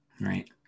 Right